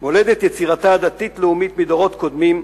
מולדת יצירתה הדתית-לאומית מדורות קודמים,